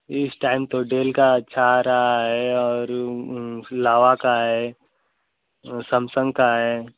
इस टाइम तो डेल का अच्छा आ रहा है और लावा का है सैमसंग का है